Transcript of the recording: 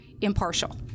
impartial